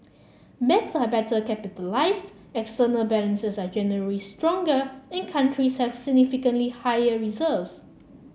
banks are better capitalised external balances are generally stronger and countries have significantly higher reserves